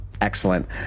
Excellent